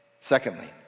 Secondly